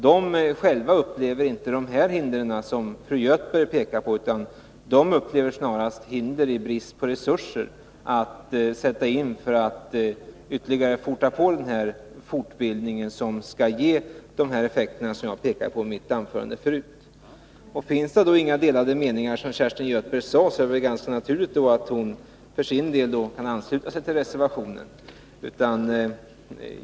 Dessa organisationers medlemmar upplever inte de hinder som fru Göthberg pekat på, utan de upplever snarast hinder i form av bristande resurser att sätta in för att ytterligare påskynda den fortbildning som skall ge de effekter som jag pekade på i mitt anförande. Finns det, som Kerstin Göthberg sade, inga delade meningar är det ganska naturligt att hon för sin del ansluter sig till reservationen.